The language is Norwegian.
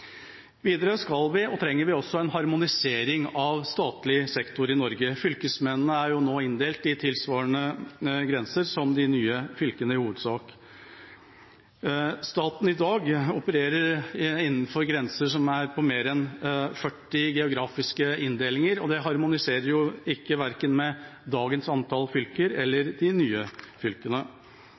videre, og som skal levere det i februar. Videre trenger vi en harmonisering av statlig sektor i Norge. Fylkesmennene er nå i hovedsak inndelt etter grenser tilsvarende de nye fylkene. Staten opererer i dag innenfor grenser som er på mer enn 40 geografiske inndelinger, og det harmoniserer verken med dagens antall fylker eller de nye fylkene.